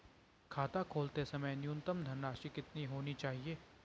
खाता खोलते समय न्यूनतम धनराशि कितनी होनी चाहिए?